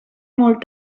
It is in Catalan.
molt